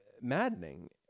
maddening